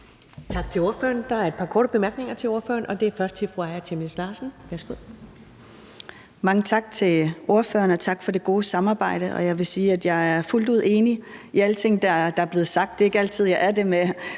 Tak til ordføreren. Der er et par korte bemærkninger til ordføreren, og den første er fra fru Aaja Chemnitz Larsen. Værsgo. Kl. 12:14 Aaja Chemnitz Larsen (IA): Mange tak til ordføreren, og tak for det gode samarbejde, og jeg vil sige, at jeg fuldt ud er enig i alting, der er blevet sagt. Det er ikke altid, jeg er det i